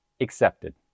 accepted